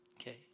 okay